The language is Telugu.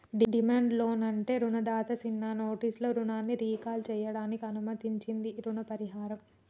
డిమాండ్ లోన్ అంటే రుణదాత సిన్న నోటీసులో రుణాన్ని రీకాల్ సేయడానికి అనుమతించించీ రుణ పరిహారం